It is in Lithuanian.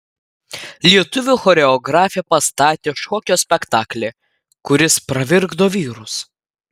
lietuvių choreografė pastatė šokio spektaklį kuris pravirkdo vyrus